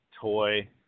toy